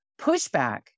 pushback